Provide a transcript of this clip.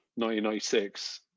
1996